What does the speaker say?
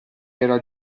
era